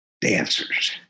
dancers